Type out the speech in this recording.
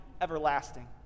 everlasting